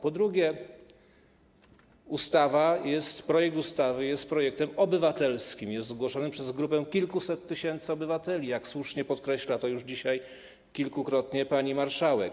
Po drugie, projekt ustawy jest projektem obywatelskim, jest zgłoszony przez grupę kilkuset tysięcy obywateli, jak słusznie podkreśliła to już dzisiaj kilkukrotnie pani marszałek.